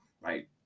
Right